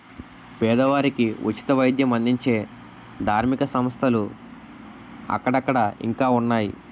పేదవారికి ఉచిత వైద్యం అందించే ధార్మిక సంస్థలు అక్కడక్కడ ఇంకా ఉన్నాయి